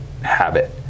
habit